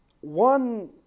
one